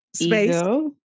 ego